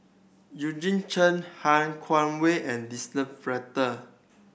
Eugene Chen Han Guangwei and Denise Fletcher